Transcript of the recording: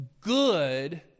good